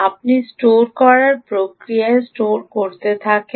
আপনি স্টোর করার প্রক্রিয়ায় স্টোর করে রাখেন